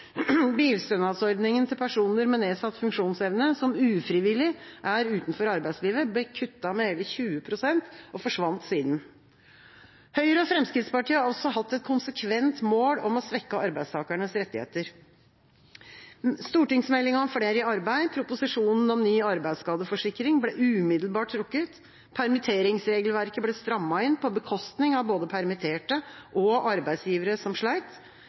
Bilstønadsordningen til personer med nedsatt funksjonsevne som ufrivillig er utenfor arbeidslivet, ble kuttet med hele 20 pst. og forsvant siden. Høyre og Fremskrittspartiet har også hatt et konsekvent mål om å svekke arbeidstakernes rettigheter: Stortingsmeldinga om flere i arbeid og proposisjonen om ny arbeidsskadeforsikring ble umiddelbart trukket. Permitteringsregelverket ble strammet inn, på bekostning av både permitterte og arbeidsgivere som